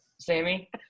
Sammy